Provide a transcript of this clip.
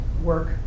work